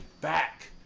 back